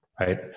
Right